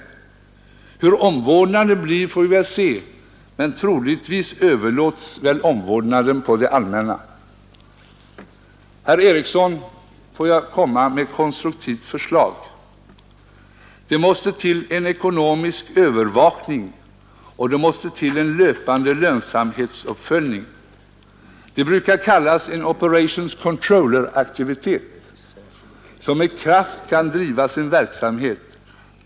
Hur omvårdnaden blir får vi väl se. Men troligtvis överlåtes väl omvårdnaden på det allmänna. Herr Ericsson, får jag komma med ett konstruktivt förslag? ”Det måste till en ekonomisk övervakning, och det måste till en löpande lönsamhetsuppföljning — det brukar kallas en operation controlleraktivitet — som med kraft kan driva sin verksamhet.